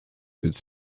its